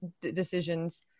decisions